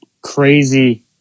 crazy